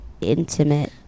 intimate